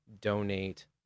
donate